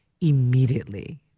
immediately